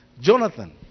Jonathan